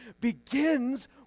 begins